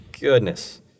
goodness